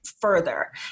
further